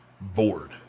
bored